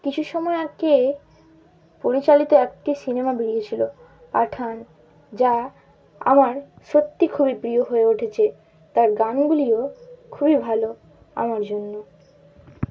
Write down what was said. কিছু সময় আগে পরিচালিত একটি সিনেমা বেরিয়েছিল পাঠান যা আমার সত্যিই খুবই প্রিয় হয়ে উঠেছে তার গানগুলিও খুবই ভালো আমার জন্য